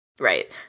Right